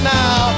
now